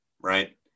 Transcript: right